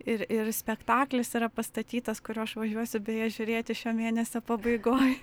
ir ir spektaklis yra pastatytas kurio aš važiuosiu beje žiūrėti šio mėnesio pabaigoj